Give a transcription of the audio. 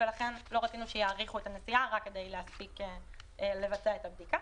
ולכן לא רצינו שיאריכו את הנסיעה רק כדי להספיק לבצע את הבדיקה.